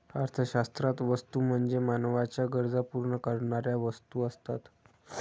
अर्थशास्त्रात वस्तू म्हणजे मानवाच्या गरजा पूर्ण करणाऱ्या वस्तू असतात